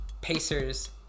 Pacers